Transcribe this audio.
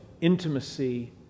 intimacy